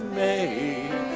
made